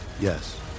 Yes